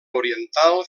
oriental